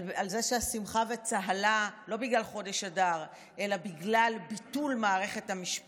על זה שהשמחה והצהלה הן לא בגלל חודש אדר אלא בגלל ביטול מערכת המשפט,